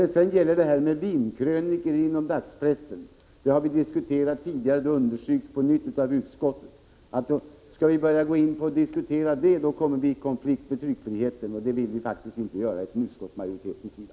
Vi har tidigare diskuterat vinkrönikorna i dagspressen, och utskottet understryker på nytt att om vi skall börja diskutera dessa kommer vi i konflikt med tryckfriheten, och det vill vi från utskottsmajoritetens sida faktiskt inte göra.